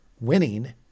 winning